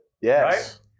Yes